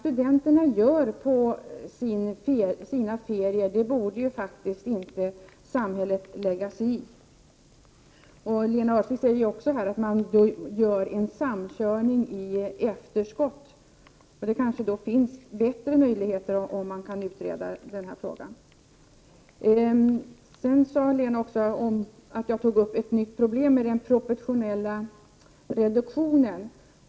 Samhället borde faktiskt inte lägga sig i vad studenterna gör under sina ferier. Lena Öhrsvik säger också att man gör en samkörning av registren i efterskott. Det kanske finns bättre möjligheter, som man kan få reda på genom att utreda den här frågan. Lena Öhrsvik påstår vidare att jag tog upp ett nytt problem när jag nämnde frågan om den proportionella reduktionen.